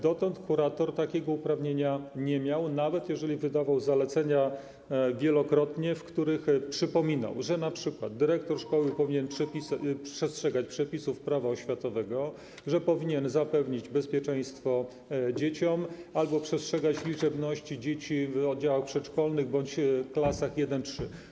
Dotąd kurator takiego uprawnienia nie miał, nawet jeżeli wielokrotnie wydawał zalecenia, w których przypominał, że np. dyrektor szkoły powinien przestrzegać przepisów Prawa oświatowego, że powinien zapewnić bezpieczeństwo dzieciom albo przestrzegać liczebności dzieci w oddziałach przedszkolnych bądź klasach I-III.